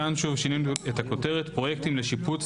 כאן שוב שינינו את הכותרת פרויקטים לשיפוץ,